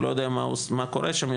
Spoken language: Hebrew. לא ידוע מה קורה שם.